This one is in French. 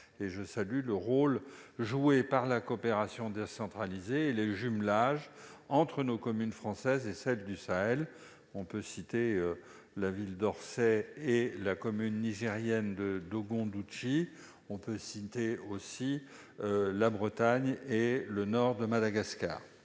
Je salue le rôle joué par la coopération décentralisée et les jumelages entre nos communes françaises et celles du Sahel. On peut citer à cet égard la ville d'Orsay et la commune nigérienne de Dogondoutchi, ou la Bretagne et le nord de Madagascar.